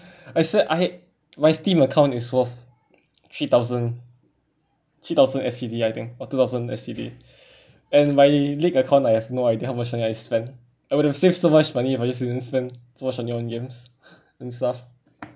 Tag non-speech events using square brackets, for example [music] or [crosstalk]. I said I my steam account is worth three thousand three thousand S_G_D I think or two thousand S_G_D [breath] and my league account I have no idea how much money I've spend I would of save so much money if I just didn’t spend so much money on games [laughs] and stuff